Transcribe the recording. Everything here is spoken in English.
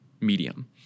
medium